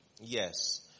Yes